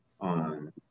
on